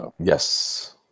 Yes